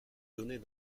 donnais